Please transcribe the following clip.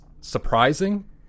surprising